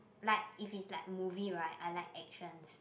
like if is like movie right I like actions